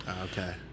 okay